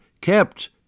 kept